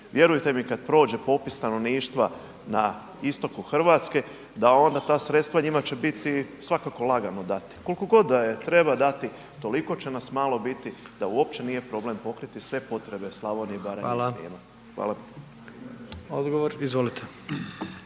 vjerujte mi kad prođe popis stanovništva na istoku RH da onda ta sredstva njima će biti svakako lagano dati, koliko god da je treba dati, toliko će nas malo biti da uopće nije problem pokriti sve potrebe Slavonije i Baranje …/Upadica: Hvala/…